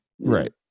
Right